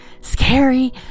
scary